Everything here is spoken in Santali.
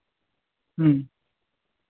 ᱦᱮᱸ